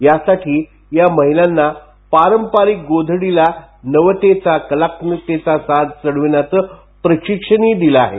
यासाठी या महिलांना पारंपरीक गोधडीला नवतेचा कलाकत्मतेचा साज चढविण्याचा प्रशिक्षणही दिलं आहे